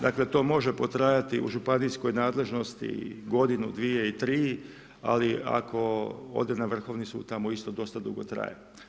Dakle, to može potrajati u županijskoj nadležnosti i godinu, dvije i tri, ali ako ode na Vrhovni sud, tamo isto dosta dugo traje.